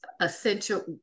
essential